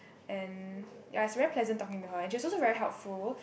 and ya it's very pleasant talking to her and she's also very helpful